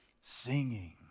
singing